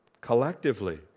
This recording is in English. Collectively